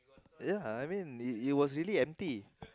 yeah I mean it was really empty